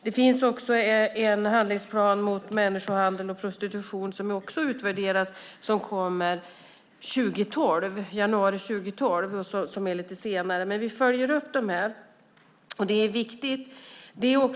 Det finns också en handlingsplan mot människohandel och prostitution där utvärderingen kommer i januari 2012, alltså lite senare. Vi följer upp dessa, och det är viktigt.